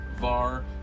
Var